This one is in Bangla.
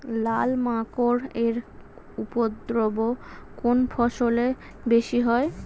লাল মাকড় এর উপদ্রব কোন ফসলে বেশি হয়?